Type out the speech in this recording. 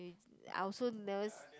I also never s~